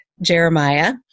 Jeremiah